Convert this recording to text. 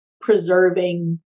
preserving